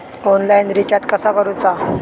Online recharge कसा करूचा?